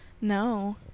No